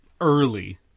early